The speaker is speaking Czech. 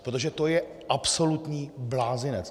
Protože to je absolutní blázinec.